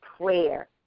prayer